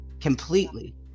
completely